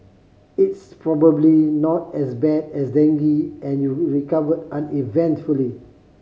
it's probably not as bad as dengue and you recover uneventfully